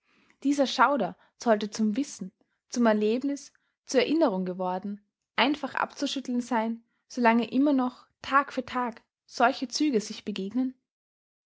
dieser schauder sollte zum wissen zum erlebnis zur erinnerung geworden einfach abzuschütteln sein solange immer noch tag für tag solche züge sich begegnen